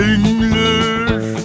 English